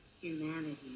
humanity